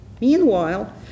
Meanwhile